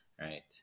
right